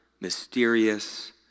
mysterious